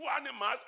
animals